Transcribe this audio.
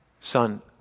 Son